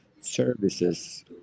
services